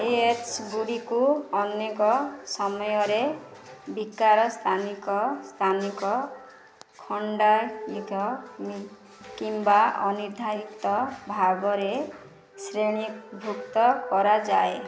IH ଗୁଡ଼ିକୁ ଅନେକ ସମୟରେ ବିକାର ସ୍ଥାନିକ ସ୍ଥାନିକ ଖଣ୍ଡାଂଶୀୟ କିମ୍ବା ଅନିର୍ଦ୍ଧାରିତ ଭାବରେ ଶ୍ରେଣୀଭୁକ୍ତ କରାଯାଏ